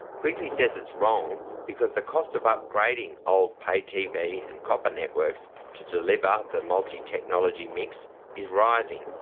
quigley says it's wrong because the cost of upgrading old pay-tv and copper networks to deliver the multi-technology mix is rising.